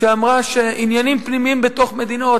שאמרה שעניינים פנימיים בתוך מדינות,